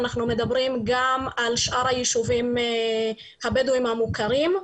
אנחנו מדברים גם על שאר היישובים הבדואים המוכרים.